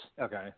Okay